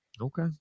Okay